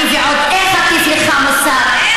אני ועוד איך אטיף לך מוסר.